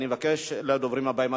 אני מבקש מהדוברים הבאים,